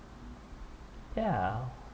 ya